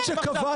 לכם.